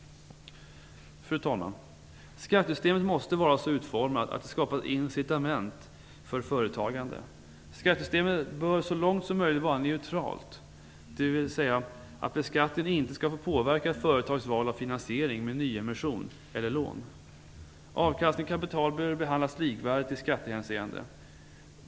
Fru talman! Skattesystemet måste vara så utformat att det skapas incitament för företagande. Skattesystemet bör så långt som möjligt vara neutralt, dvs. att beskattningen inte skall få påverka ett företags val av finansiering med nyemission eller lån. Avkastning av kapital bör behandlas likvärdigt i skattehänseende.